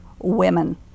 women